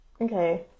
Okay